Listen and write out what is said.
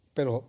Pero